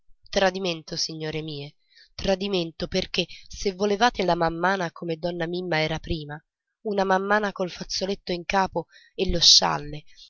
tradimento signore mie tradimento perché se volevate la mammana come donna mimma era prima una mammana col fazzoletto in capo e lo scialle